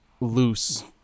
loose